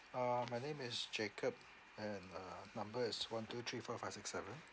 uh my name is jacob and uh number is one two three four five six seven